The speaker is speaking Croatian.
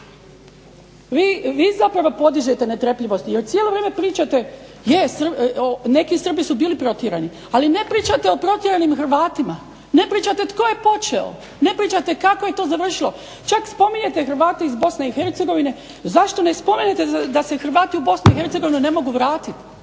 Vi zapravo podižete netrpeljivost jer cijelo vrijeme pričate neki Srbi su bili protjerani, ali ne pričate o protjeranim Hrvatima, ne pričate tko je počeo, ne pričate kako je to završilo. Čak spominjete Hrvate iz BiH, zašto ne spomenete da se Hrvati u BiH ne mogu vratiti?